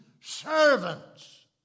servants